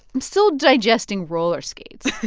i'm still digesting roller skates